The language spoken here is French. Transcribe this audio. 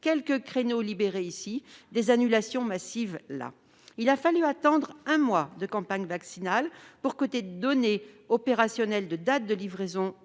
quelques créneaux libérés ici et des annulations massives là. Il a fallu attendre un mois de campagne vaccinale pour que les données opérationnelles de date de livraison